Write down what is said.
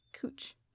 cooch